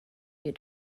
you